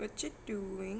what you doing